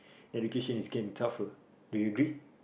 education is getting tougher do you agree